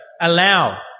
allow